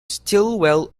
stillwell